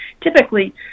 typically